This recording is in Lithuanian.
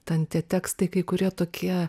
ten tie tekstai kai kurie tokie